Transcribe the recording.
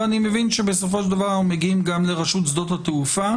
ואני מבין שבסופו של דבר אנחנו מגיעים גם לרשות שדות התעופה,